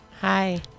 Hi